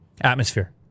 Atmosphere